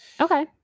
okay